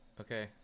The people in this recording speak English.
okay